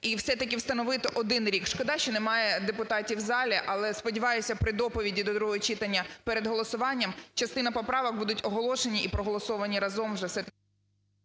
і все-таки встановити 1 рік. Шкода, що немає депутатів у залі, але, сподіваюся, при доповіді до другого читання перед голосуванням частина поправок будуть оголошені і проголосовані разом вже…